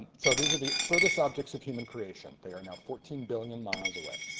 so these are the furthest objects of human creation. they are now fourteen billion miles away.